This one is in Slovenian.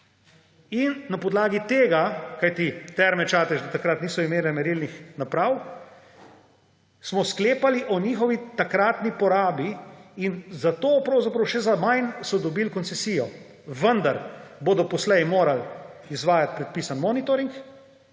In na podlagi tega, kajti Terme Čatež do takrat niso imele merilnih naprav, smo sklepali o njihovi takratni porabi. In za to, pravzaprav še za manj, so dobili koncesijo. Vendar bodo poslej morali izvajati predpisani monitoring